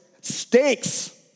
stinks